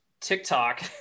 TikTok